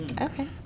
Okay